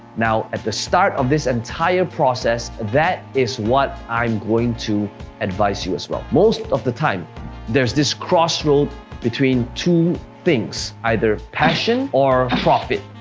now, at the start of this entire process, that is what i'm going to advise you as well. most of the time there's this crossroad between two things, either passion or profit.